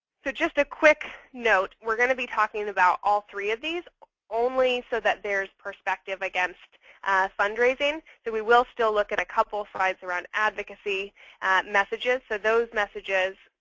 so just a quick note we're going to be talking about all three of these only so that there's perspective against fundraising. so we will still look at a couple slides around advocacy messages. so those messages,